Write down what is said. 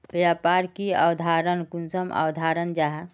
व्यापार की अवधारण कुंसम अवधारण जाहा?